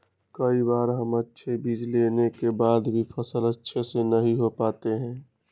कई बार हम अच्छे बीज लेने के बाद भी फसल अच्छे से नहीं हो पाते हैं?